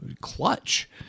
clutch